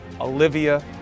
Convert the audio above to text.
Olivia